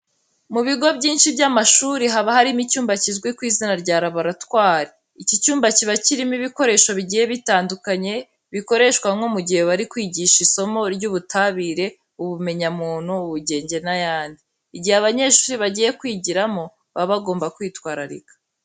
Mu bigo by'amashuri byinshi haba harimo icyumba kizwi ku izina rya laboratwari. Iki cyumba kiba kirimo ibikoresho bigiye bitandukanye bikoreshwa nko mu gihe bari kwigisha isomo ry'ubutabire, ubumenyamuntu, ubugenge n'ayandi. Igihe abanyeshuri bagiye kwigiramo, baba bagomba kwitwararika.